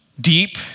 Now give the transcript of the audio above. deep